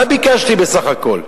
מה ביקשתי בסך הכול?